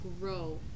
grow